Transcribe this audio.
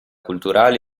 culturali